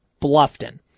Bluffton